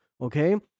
okay